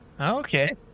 Okay